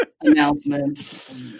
Announcements